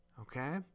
Okay